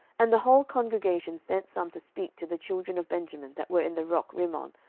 and the whole congregation sent some to speak to the children of benjamin that were in the rock rimmon,